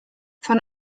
von